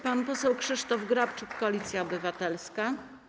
Pan poseł Krzysztof Grabczuk, Koalicja Obywatelska.